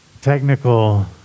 technical